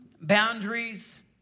Boundaries